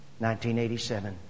1987